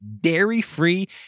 dairy-free